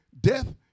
death